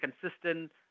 consistent